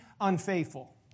unfaithful